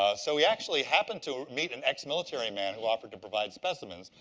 ah so he actually happened to meet an ex-military man who offered to provide specimens,